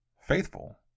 faithful